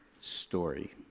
story